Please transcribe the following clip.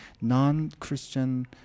non-Christian